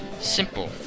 Simple